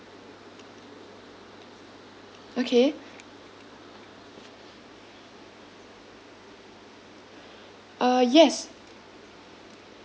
okay uh yes